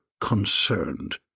concerned